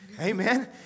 Amen